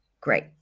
great